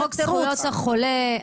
חוק זכויות החולה,